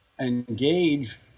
engage